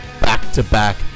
back-to-back